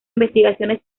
investigaciones